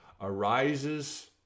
arises